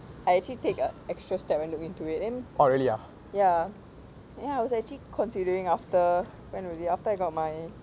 I actually take a extra step and look into it then ya ya I was actually considering after when was it after I got my